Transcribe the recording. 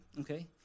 Okay